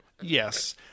Yes